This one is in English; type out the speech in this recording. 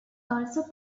also